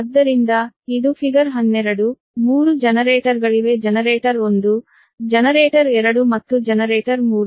ಆದ್ದರಿಂದ ಇದು ಫಿಗರ್ 12 ಮೂರು ಜನರೇಟರ್ಗಳಿವೆ ಜನರೇಟರ್ 1 ಜನರೇಟರ್ 2 ಮತ್ತು ಜನರೇಟರ್ 3